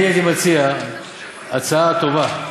אני הייתי מציע הצעה טובה: